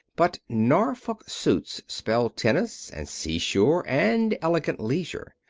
but norfolk suits spell tennis, and seashore, and elegant leisure.